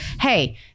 hey